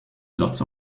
lots